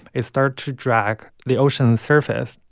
they start to drag the ocean's surface.